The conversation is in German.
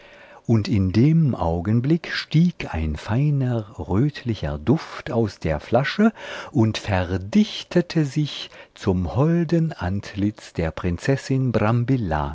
und in dem augenblick stieg ein feiner rötlicher duft aus der flasche und verdichtete sich zum holden antlitz der prinzessin